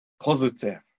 Positive